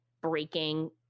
breaking